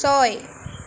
ছয়